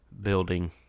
building